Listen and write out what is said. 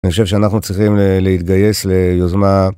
אני חושב שאנחנו צריכים להתגייס ליוזמה.